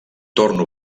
torno